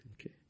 Okay